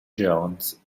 jones